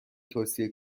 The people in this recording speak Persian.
توصیه